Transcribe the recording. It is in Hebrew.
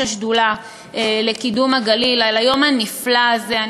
השדולה לקידום הגליל על היום הנפלא הזה.